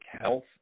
health